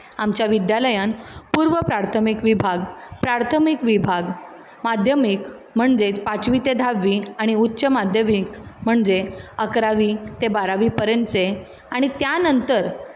आमच्या विद्यालयांत पूर्व प्राथमीक विभाग प्राथमीक विभाग माध्यमीक म्हणजेंच पांचवी तें धावी आनी उच्च माध्यमीक म्हणजें अकरावी ते बारावी पर्यंतचें आनी त्या नंतर